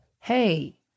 hey